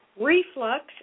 reflux